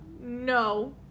no